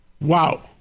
Wow